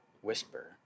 whisper